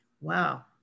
wow